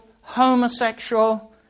homosexual